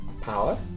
power